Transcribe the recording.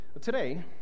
today